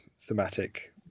thematic